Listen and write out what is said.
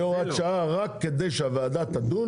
תהיה הוראה שעה רק כדי שהוועדה תדון